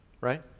right